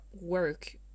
work